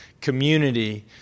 Community